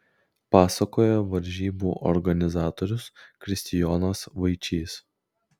pasakoja varžybų organizatorius kristijonas vaičys